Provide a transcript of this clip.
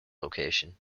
location